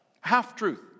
Half-truth